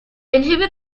inhabit